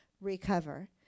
recover